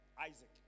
Isaac